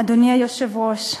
אדוני היושב-ראש,